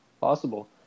Possible